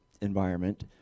environment